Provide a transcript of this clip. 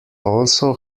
also